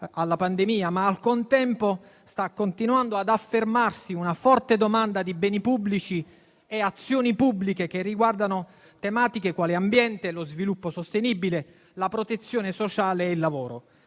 alla pandemia, ma al contempo sta continuando ad affermarsi una forte domanda di beni pubblici e di azioni pubbliche che riguardano tematiche quali l'ambiente, lo sviluppo sostenibile, la protezione sociale e il lavoro.